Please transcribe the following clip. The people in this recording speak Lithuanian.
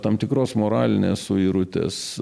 tam tikros moralinės suirutės